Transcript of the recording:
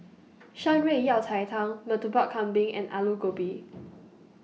Shan Rui Yao Cai Tang Murtabak Kambing and Aloo Gobi